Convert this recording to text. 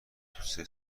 توسه